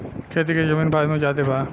खेती के जमीन भारत मे ज्यादे बा